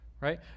right